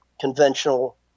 conventional